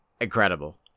Incredible